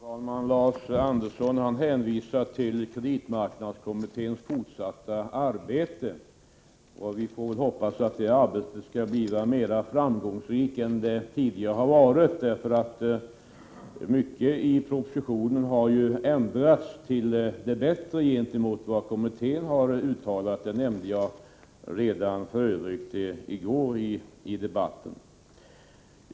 Fru talman! Lars Andersson hänvisade till kreditmarknadskommitténs fortsatta arbete. Vi får hoppas att det arbetet skall bli mer framgångsrikt än tidigare. Mycket i propositionen har ju ändrats till det bättre jämfört med vad kommittén har uttalat. Det nämnde jag för övrigt redan i gårdagens debatt.